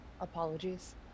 Apologies